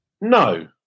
No